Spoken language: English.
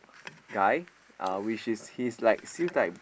guy uh which is he's like seems like